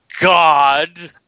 God